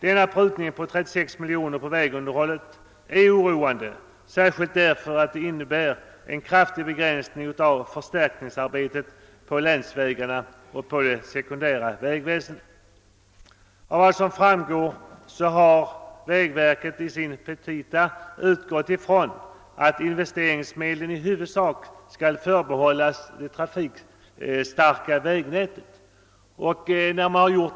Denna prutning är oroande, särskilt som den innebär en kraftig begränsning av förstärkningsarbetet på länsvägarna och på det sekundära vägnätet. Det framgår att vägverket i sina petita utgått ifrån att investeringsmedlen i huvudsak skall förbehållas det trafikstarka vägnätet.